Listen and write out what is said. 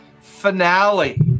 finale